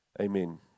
Amen